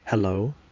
Hello